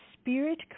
spirit